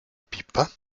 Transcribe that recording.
pipa